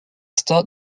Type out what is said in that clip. start